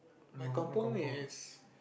my Kampung is